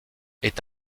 est